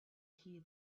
hear